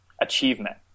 achievement